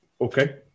Okay